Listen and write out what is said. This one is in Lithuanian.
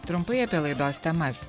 trumpai apie laidos temas